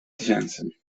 tysięcy